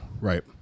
Right